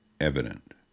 evident